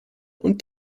und